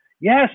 Yes